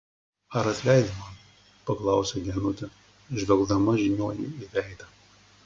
ar atleidi man paklausė genutė žvelgdama žiniuoniui į veidą